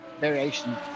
variation